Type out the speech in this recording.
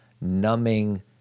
numbing